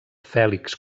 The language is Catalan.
fèlix